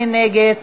מי נגד?